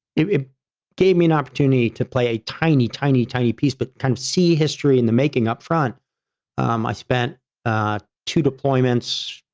it gave me an opportunity to play a tiny, tiny, tiny piece, but kind of see history in the making up front. um i spent two deployments,